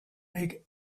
make